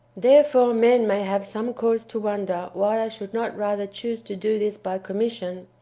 therefore men may have some cause to wonder why i should not rather chose to do this by commission,